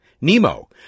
NEMO